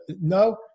no